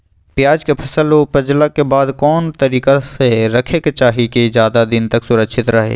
प्याज के फसल ऊपजला के बाद कौन तरीका से रखे के चाही की ज्यादा दिन तक सुरक्षित रहय?